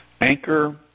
Anchor